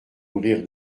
mourir